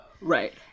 right